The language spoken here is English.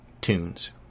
tunes